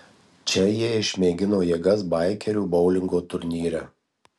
čia jie išmėgino jėgas baikerių boulingo turnyre